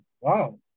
wow